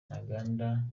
ntaganda